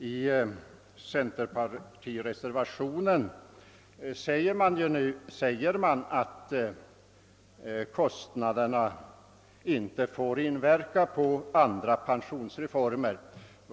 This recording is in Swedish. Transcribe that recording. I centerpartireservationen sägs att kostnaderna inte får inverka på andra pensionsreformer.